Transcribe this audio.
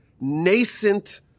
nascent